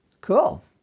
Cool